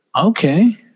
Okay